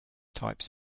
types